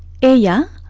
area